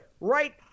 Right